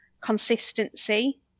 consistency